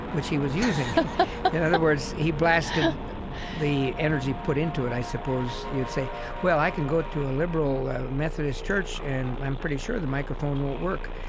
which he was using. in other words, he blasted the energy put into it, i suppose you'd say well, i can go to a liberal methodist church and i'm pretty sure the microphone won't work.